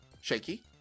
Shaky